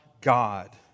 God